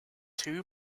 two